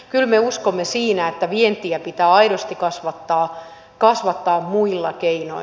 kyllä me uskomme siihen että vientiä pitää aidosti kasvattaa muilla keinoin